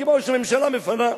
כמו שממשלה מפנה.